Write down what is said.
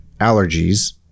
allergies